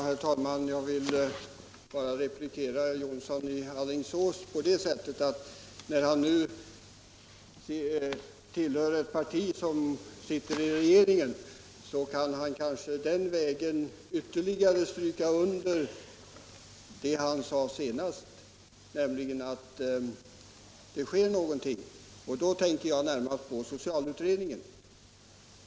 Herr talman! Jag vill bara replikera herr Jonsson i Alingsås på det sättet att när han nu tillhör ett parti som sitter i regeringen så kan han kanske på den vägen ytterligare stryka under det han sade senast, nämligen att det måste ske någonting. Då tänker jag närmast på socialutredningen.